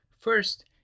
First